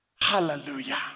Hallelujah